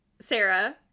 Sarah